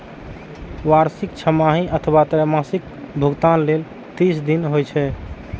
वार्षिक, छमाही अथवा त्रैमासिक भुगतान लेल तीस दिन होइ छै